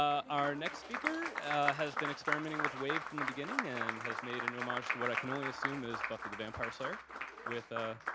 our next speaker has been experimenting with wave from the beginning and has made and homage to what i can only assume is buffy the vampire slayer with ah